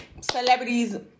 celebrities